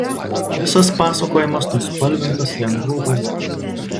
visas pasakojimas nuspalvintas lengvu humoru